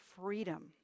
freedom